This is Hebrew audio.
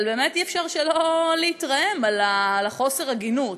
אבל אי-אפשר שלא להתרעם על חוסר ההגינות,